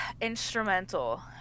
instrumental